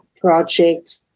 Project